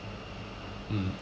mm